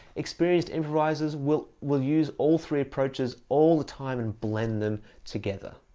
experienced improvisers will will use all three approaches all the time and blend them together.